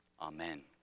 Amen